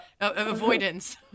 avoidance